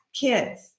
kids